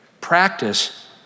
practice